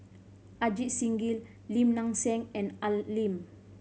Ajit Singh Gill Lim Nang Seng and Al Lim